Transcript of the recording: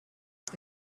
but